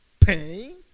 Pain